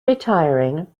retiring